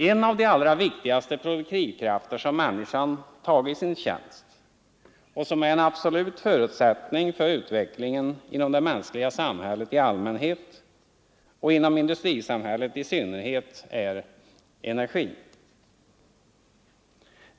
En av de allra viktigaste produktivkrafter som människan har tagit i sin tjänst och som är en absolut förutsättning för utvecklingen inom det mänskliga samhället i allmänhet och inom industrisamhället i synnerhet är energin.